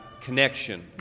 connection